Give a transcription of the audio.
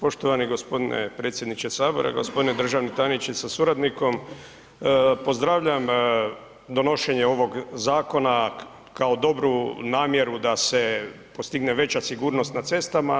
Poštovani g. predsjedniče HS, g. državni tajniče sa suradnikom, pozdravljam donošenje ovog zakona kao dobru namjeru da se postigne veća sigurnost na cestama.